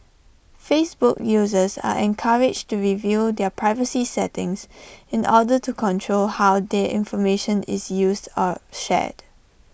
Facebook users are encouraged to review their privacy settings in order to control how their information is used or shared